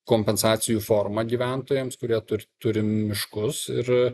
kompensacijų forma gyventojams kurie turi turi miškus ir